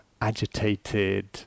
agitated